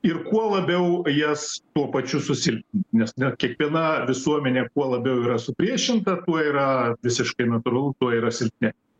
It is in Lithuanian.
ir kuo labiau jas tuo pačiu susilpninti nes ne kiekviena visuomenė kuo labiau yra supriešinta tuo yra visiškai natūralu tuo yra silpne